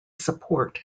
support